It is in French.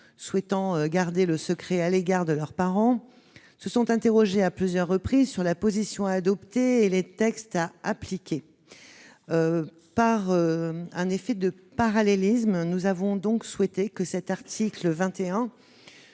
souhaitant garder le secret à l'égard de leurs parents, se sont interrogées à plusieurs reprises sur la position à adopter et les textes à appliquer. Par un effet de parallélisme, nous avons donc souhaité que cet article ne